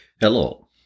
Hello